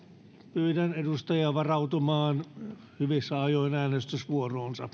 pyydän edustajia varautumaan hyvissä ajoin äänestysvuoroonsa